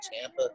Tampa